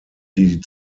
die